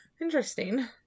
interesting